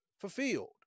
fulfilled